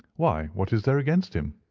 why, what is there against him?